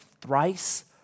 thrice